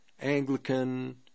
Anglican